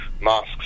masks